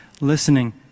listening